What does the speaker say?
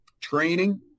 training